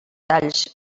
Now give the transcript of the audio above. talls